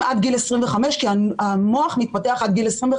עד גיל 25 כי המוח מתפתח עד גיל 25,